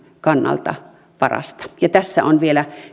kannalta parasta ja tässä ei vielä